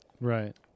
Right